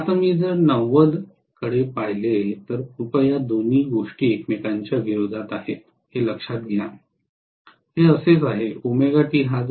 आता मी जर ९० कडे पाहिले तर कृपया या दोन्ही गोष्टी एकमेकांच्या विरोधात आहेत हे लक्षात घ्या